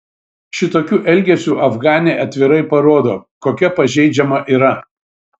šitokiu elgesiu afganė atvirai parodo kokia pažeidžiama yra